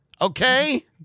Okay